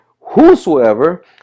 Whosoever